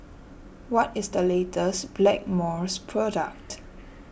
what is the latest Blackmores product